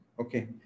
okay